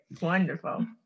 wonderful